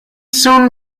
soon